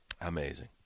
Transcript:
Amazing